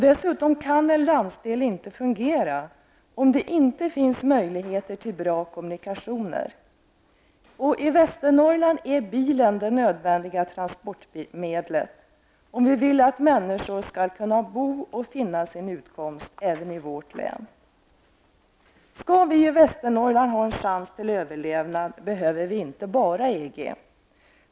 Dessutom kan en landsdel inte fungera om det inte finns möjligheter till bra kommunikationer. I Västernorrland är bilen det nödvändiga transportmedlet om vi vill att människor skall kunna bo och finna sin utkomst även i vårt län. Skall vi i Västernorrland ha en chans till överlevnad behöver vi inte bara EG.